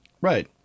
Right